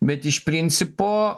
bet iš principo